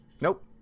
Nope